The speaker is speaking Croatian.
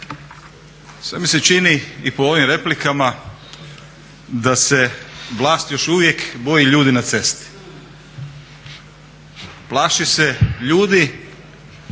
Sve mi se čini i po ovim replikama da se vlast još uvijek boji ljudi na cesti. Plaši se ljudi